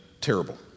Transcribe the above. terrible